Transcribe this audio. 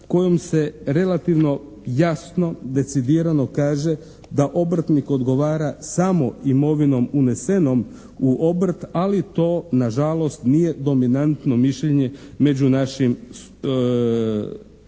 kojom se relativno jasno, decidirano kaže da obrtnik odgovara samo imovinom unesenom u obrt. Ali to na žalost nije dominantno mišljenje među našim sudovima.